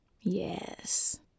Yes